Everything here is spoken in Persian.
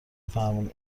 فرمون